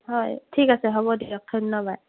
হয় ঠিক আছে হ'ব দিয়ক ধন্যবাদ